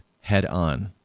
head-on